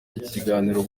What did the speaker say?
ikiganiro